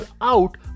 out